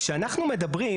כשאנחנו מדברים,